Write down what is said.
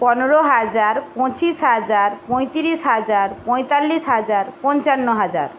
পনেরো হাজার পঁচিশ হাজার পঁয়ত্রিশ হাজার পঁয়তাল্লিশ হাজার পঞ্চান্ন হাজার